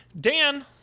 Dan